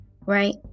right